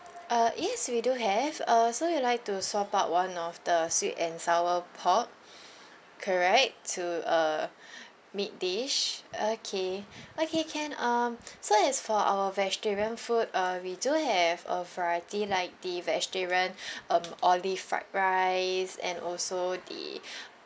uh yes we do have uh so you like to swap out one of the sweet and sour pork correct to a meat dish okay okay can um so as for our vegetarian food uh we do have a variety like the vegetarian um olive fried rice and also the